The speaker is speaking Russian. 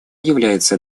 является